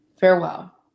Farewell